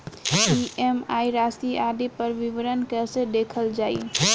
EMI राशि आदि पर विवरण कैसे देखल जाइ?